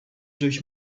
durch